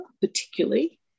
particularly